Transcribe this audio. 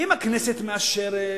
אם הכנסת מאשרת